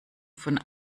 von